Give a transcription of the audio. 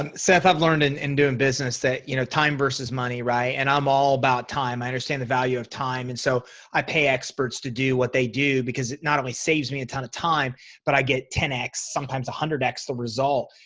um seth, i've learned in in doing business that you know time versus money right. and i'm all about time. i understand the value of time. and so i pay experts to do what they do because it not only saves me a ton of time but i get ten x sometimes one hundred x the results.